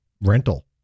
rental